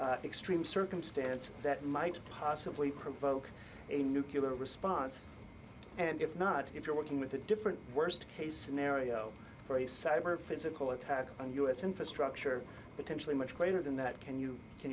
extreme circumstance that might possibly provoke a nuclear response and if not if you're working with a different worst case scenario for a cyber physical attack on u s infrastructure potentially much greater than that can you can